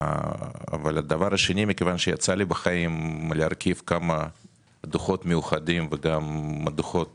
אבל מכיוון שיצא לי בחיים להרכיב כמה דוחות מאוחדים ודוחות